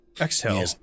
Exhale